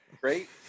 Great